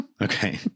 Okay